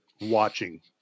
watching